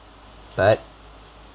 but